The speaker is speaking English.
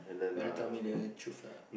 better tell me the truth lah